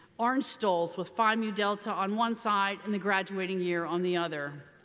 orange stoles with phi mu delta on one side and the graduating year on the other.